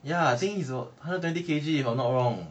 ya I think he's about hundred twenty K_G if I'm not wrong